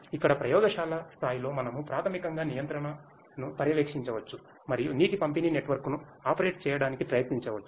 ఇక్కడ ప్రయోగశాల స్థాయిలో మనము ప్రాథమికంగా నియంత్రణను పర్యవేక్షించవచ్చు మరియు నీటి పంపిణీ నెట్వర్క్ను ఆపరేట్ చేయడానికి ప్రయత్నించవచ్చు